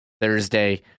Thursday